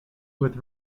with